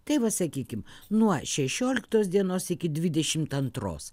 tai va sakykim nuo šešioliktos dienos iki dvidešimt antros